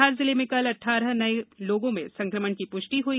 धार जिले में कल अठारह नये लोगों में संकमण की पुष्टि हुई